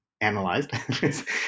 analyzed